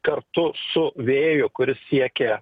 kartu su vėju kuris siekia